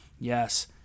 Yes